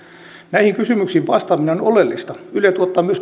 näihin kysymyksiin vastaaminen on oleellista yle tuottaa myös paljon